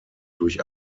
durch